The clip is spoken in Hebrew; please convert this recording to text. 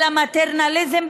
של מטרנליזם,